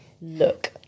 look